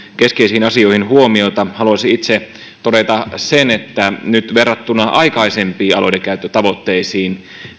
keskeisiin asioihin huomiota haluaisin itse todeta sen että verrattuna aikaisempiin alueidenkäyttötavoitteisiin